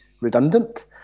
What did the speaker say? redundant